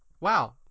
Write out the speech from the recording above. Wow